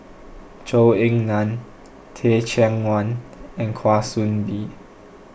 Zhou Ying Nan Teh Cheang Wan and Kwa Soon Bee